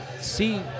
see